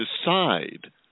decide